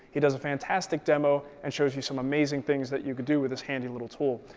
he does a fantastic demo and shows you some amazing things that you could do with this handy little tool.